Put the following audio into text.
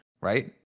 right